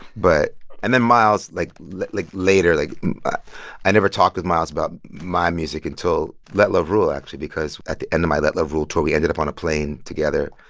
but and then miles, like like, later, like i never talked with miles about my music until let love rule, actually, because at the end of my let love rule tour, we ended up on a plane together.